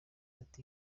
ati